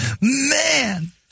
Man